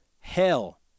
Hell